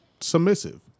submissive